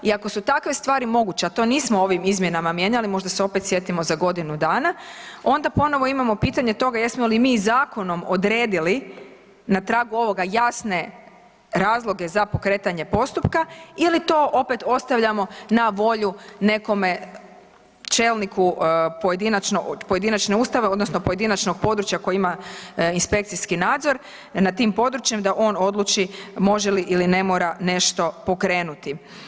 I ako su takve stvari moguće, a to nismo ovim izmjenama mijenjali, možda se opet sjetimo za godinu dana, onda ponovno imamo pitanje toga jesmo li mi zakonom odredili na tragu ovoga jasne razloge za pokretanje postupka ili to opet ostavljamo na volju nekome čelniku pojedinačne ustanove, odnosno pojedinačnog područja koje ima inspekcijski nadzor nad tim područjem da on odluči može li ili ne mora nešto pokrenuti.